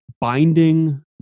binding